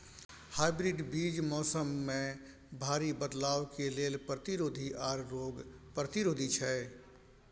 hybrid बीज मौसम में भारी बदलाव के लेल प्रतिरोधी आर रोग प्रतिरोधी छै